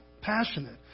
passionate